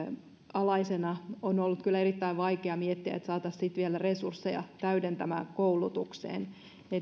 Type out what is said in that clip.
alaisena on ollut kyllä erittäin vaikea miettiä että saataisiin sitten vielä resursseja täydentävään koulutukseen